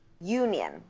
Union